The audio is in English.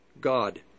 God